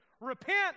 Repent